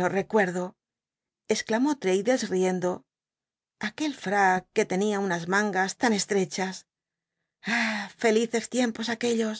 lo recuerdo exclamó l'mddlcs riendo aqlwl frac c ne tenia unas mangas tan estrechas ah felices tiempos aquellos